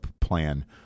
plan